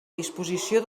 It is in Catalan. disposició